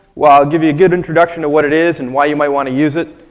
well i'll give you a good introduction to what it is and why you might want to use it